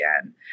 again